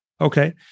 Okay